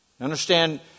Understand